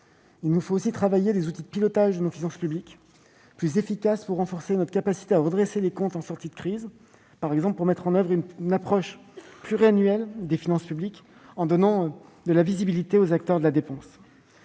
Il nous faut aussi travailler à des outils de pilotage de nos finances publiques plus efficaces, pour renforcer notre capacité à redresser les comptes en sortie de crise, par exemple pour mettre en oeuvre une approche davantage pluriannuelle des finances publiques en donnant de la visibilité aux acteurs de la dépense.